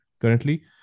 currently